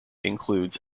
includes